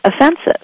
offensive